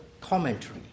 commentary